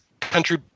country